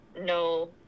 no